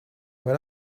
when